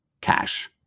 cash